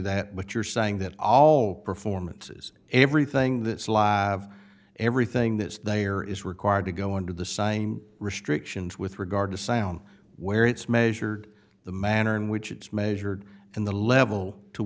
that what you're saying that all performances everything that slav everything that they are is required to go into the same restrictions with regard to sound where it's measured the manner in which it's measured in the level to